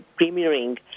premiering